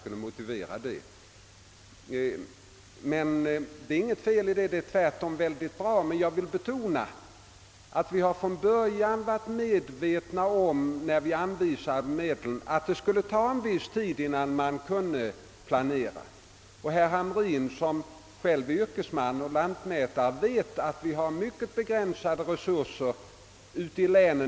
Det är dock inget fel att begära pengar, det är tvärtom mycket bra, men jag vill betona att vi, när vi anvisat medel till olika ändamål, från början varit medvetna om att planeringen skulle komma att taga en viss tid. Herr Hamrin i Kalmar, som själv är yrkesman — lantmätare — vet att vi har mycket begränsade resurser ute i länen.